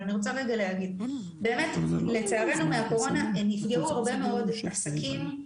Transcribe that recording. אני רוצה רגע להגיד: באמת לצערנו מהקורונה נפגעו הרבה מאוד עסקים,